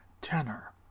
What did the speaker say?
tenor